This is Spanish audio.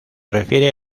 refiere